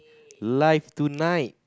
live tonight